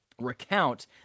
recount